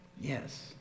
Yes